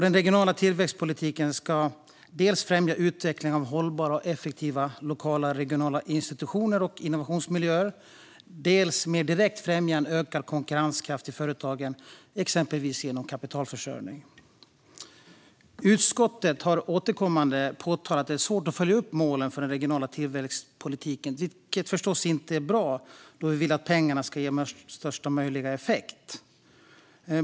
Den regionala tillväxtpolitiken ska dels främja utvecklingen av hållbara och effektiva lokala och regionala institutioner och innovationsmiljöer, dels mer direkt främja en ökad konkurrenskraft i företagen, exempelvis genom kapitalförsörjning. Utskottet har återkommande påtalat att det är svårt att följa upp målen för den regionala tillväxtpolitiken, vilket förstås inte är bra då vi vill att pengarna ska ge största möjliga effekt.